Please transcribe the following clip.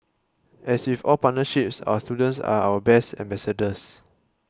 as with all partnerships our students are our best ambassadors